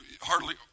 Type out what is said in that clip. hardly